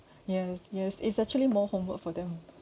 yes yes it's actually more homework for them